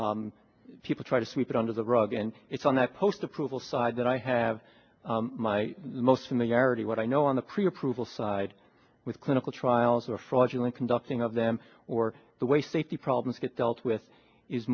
people try to sweep it under the rug and it's on that post approval side that i have my most familiarity what i know on the pre approval side with clinical trials or fraudulent conducting of them or the way safety problems get dealt with is